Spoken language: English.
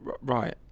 right